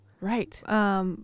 Right